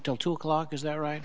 until two o'clock is that right